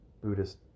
Buddhist